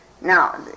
Now